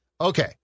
Okay